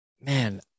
man